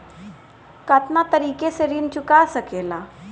कातना तरीके से ऋण चुका जा सेकला?